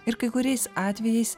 ir kai kuriais atvejais